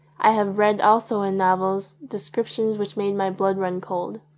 i have read also in novels descriptions which made my blood run cold.